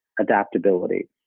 adaptability